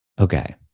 Okay